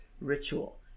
ritual